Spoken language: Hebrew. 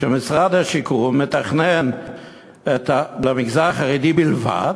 שמשרד השיכון מתכנן למגזר החרדי בלבד.